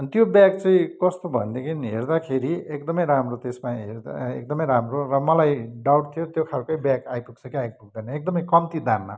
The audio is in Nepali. अन्त त्यो ब्याग चाहिँ कस्तो भनेदेखि हेर्दाखेरि एकदमै राम्रो त्यसमा हेर्दा एकदमै राम्रो र मलाई डाउट थियो त्यो खालको ब्याग आइपुग्छ कि आइपुग्दैन एकदमै कम्ती दाममा